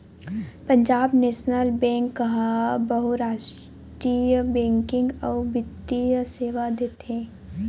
Punjab National Bank ह बहुरास्टीय banking अउ बित्तीय सेवा देथे